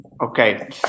okay